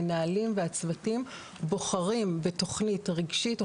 המנהלים והצוותים בוחרים בתוכנית רגשית או